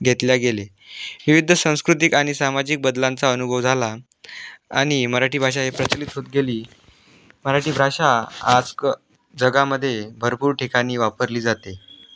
घेतले गेले विविध सांस्कृतिक आणि सामाजिक बदलांचा अनुभव झाला आणि मराठी भाषा हे प्रचलित होत गेली मराठी भाषा आज क जगामध्ये भरपूर ठिकाणी वापरली जाते